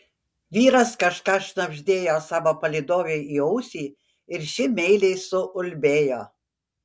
vyras kažką šnabždėjo savo palydovei į ausį ir ši meiliai suulbėjo